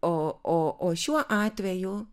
o o šiuo atveju